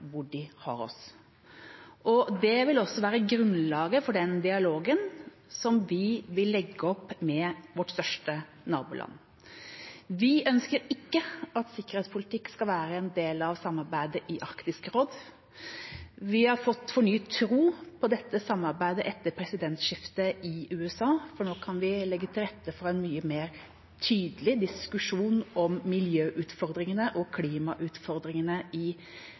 hvor de har oss. Det vil også være grunnlaget for den dialogen som vi vil legge opp med vårt største naboland. Vi ønsker ikke at sikkerhetspolitikk skal være en del av samarbeidet i Arktisk råd. Vi har fått fornyet tro på dette samarbeidet etter presidentskiftet i USA, for nå kan vi legge til rette for en mye mer tydelig diskusjon om miljøutfordringene og klimautfordringene i